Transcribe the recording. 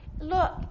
look